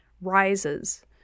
rises